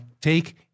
take